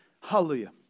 Hallelujah